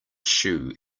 shoe